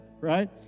right